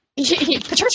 Patricia